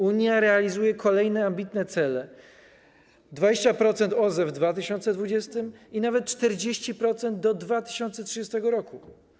Unia realizuje kolejne ambitne cele: 20% OZE w 2020 r. i nawet 40% do 2030 r.